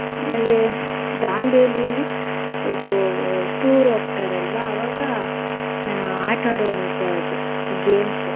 ಆಮೇಲೆ ದಾಂಡೇಲಿಯಲ್ಲಿ ಇದು ಟೂರ್ ಹೋಗ್ತಾರಲ್ವಾ ಆವಾಗ ಆಟಾಡೋವಂಥದ್ದು ಗೇಮ್ಸ್